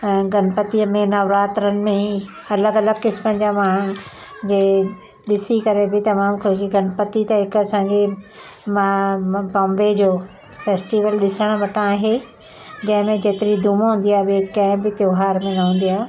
ऐं गणपतीअ में नवरात्रनि में अलॻि अलॻि क़िस्मनि जा माण्हू जंहिं ॾिसी करे बि तमामु ख़ुशी गणपती त हिकु असांजे बॉम्बे जो फेस्टिवल ॾिसण वटां आहे जंहिंमें जेतिरी धूम हूंदी आहे ॿिए कंहिं बि त्योहार में न हूंदी आहे